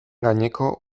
gaineko